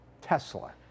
Tesla